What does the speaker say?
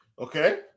Okay